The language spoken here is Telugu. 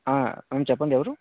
ఆ ఆ చెప్పండి ఎవరు